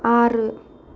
ആറ്